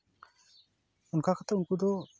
ᱚᱱᱠᱟ ᱠᱟᱛᱮ ᱩᱱᱠᱩ ᱫᱚ